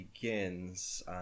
begins